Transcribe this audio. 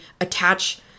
attach